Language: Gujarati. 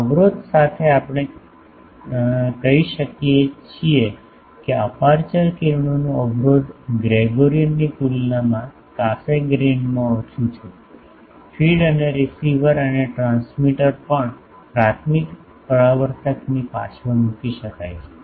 આ અવરોધ સાથે આપણે કહી શકીએ કે અપેર્ચર કિરણોનું અવરોધ ગ્રેગોરીઅનની તુલનામાં કાસેગ્રેઇનમાં ઓછું છે ફીડ અને રીસીવર અને ટ્રાન્સમીટર પણ પ્રાથમિક પરાવર્તકની પાછળ મૂકી શકાય છે